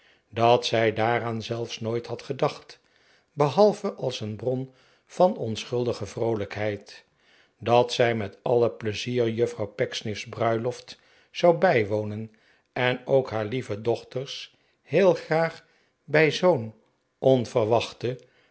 dat zij daaraan zelfs nooit had gedacht behalve als een bron van onschuldige vroolijkheid dat zij met alle pleizier juffrouw pecksniff's bruiloft zou bijwonen en ook haar lieve dochters heel graag bij zoo'n onverwachte